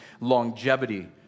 longevity